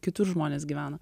kitur žmonės gyvena